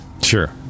sure